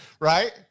right